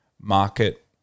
market